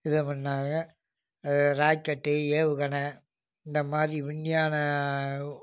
இது பண்ணிணாரு ராக்கெட்டு ஏவுகணை இந்த மாதிரி விஞ்ஞான